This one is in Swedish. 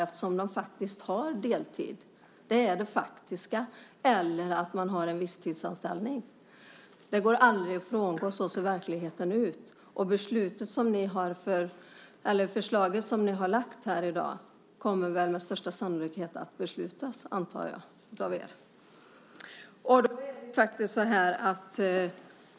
Det faktiska är att de har en deltid eller en visstidsanställning. Det går aldrig att frångå det. Så ser verkligheten ut. Det förslag ni har lagt här i dag kommer med största sannolikhet att beslutas av er, antar jag.